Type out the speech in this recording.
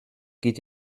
geht